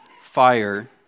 fire